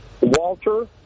Walter